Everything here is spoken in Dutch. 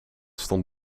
stond